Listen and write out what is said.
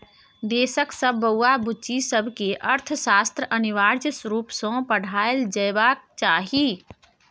देशक सब बौआ बुच्ची सबकेँ अर्थशास्त्र अनिवार्य रुप सँ पढ़ाएल जेबाक चाही